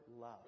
love